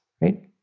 right